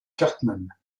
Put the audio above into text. cartman